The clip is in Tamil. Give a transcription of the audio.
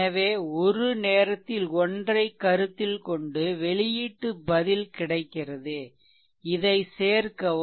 எனவே ஒரு நேரத்தில் ஒன்றைக் கருத்தில் கொண்டு வெளியீட்டு பதில் கிடைக்கிறது இதைச் சேர்க்கவும்